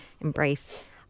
embrace